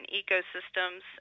ecosystems